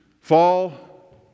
fall